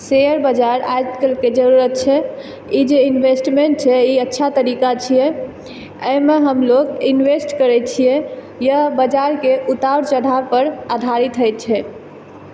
share बजार आइ काल्हि के जरूरत छै ई जे इन्वेस्टमेंट छै ई अच्छा तरीका छियै एहि मे हमलोग इन्वेस्ट करै छियै यह बजार के उतार चढ़ाव पर आधारित होइ छै